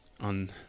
on